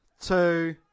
two